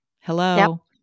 Hello